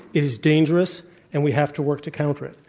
it is dangerous and we have to work to counter it,